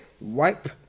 wipe